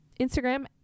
instagram